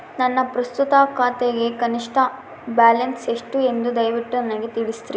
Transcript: ನನ್ನ ಪ್ರಸ್ತುತ ಖಾತೆಗೆ ಕನಿಷ್ಠ ಬ್ಯಾಲೆನ್ಸ್ ಎಷ್ಟು ಎಂದು ದಯವಿಟ್ಟು ನನಗೆ ತಿಳಿಸ್ರಿ